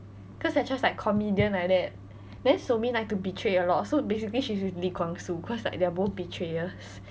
cause they're just like comedians like that then so min like to betray a lot so basically she's with lee kwang soo cause like they're both betrayers